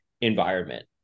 environment